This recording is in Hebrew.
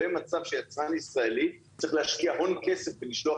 שלא יהיה מצב שיצרן ישראלי צריך להשקיע הון כסף כדי לשלוח